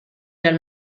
dal